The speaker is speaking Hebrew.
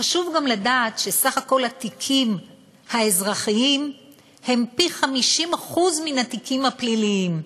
חשוב גם לדעת שסך הכול התיקים האזרחיים הם פי-50 מן התיקים הפליליים,